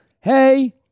hey